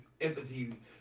empathy